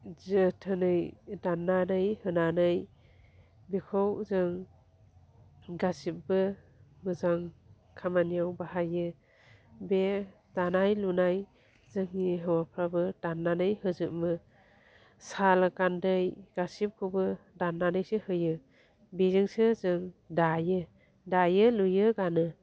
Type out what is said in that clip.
जोथोनै दाननानै होनानै बेखौ जों गासिबो मोजां खामानियाव बाहायो बे दानाय लुनाय जोंनि हौवाफ्राबो दाननानै होजोबो साल गान्दै गासिखौबो दाननानैसो होयो बेजोंसो जों दायो दायो लुयो गानो